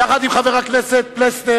יחד עם חבר הכנסת פלסנר,